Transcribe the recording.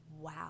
Wow